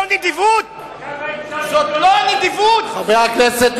לצערי הרב, במאבק קיומי על הישרדותה.